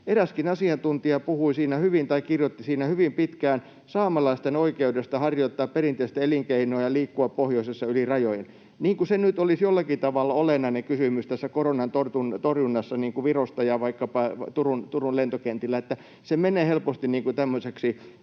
eräskin asiantuntija kirjoitti hyvin pitkään saamelaisten oikeudesta harjoittaa perinteistä elinkeinoa ja liikkua pohjoisessa yli rajojen — niin kuin se nyt olisi jollakin tavalla olennainen kysymys koronan torjunnassa Virosta ja vaikkapa Turun lentokentillä. Se menee helposti tämmöiseksi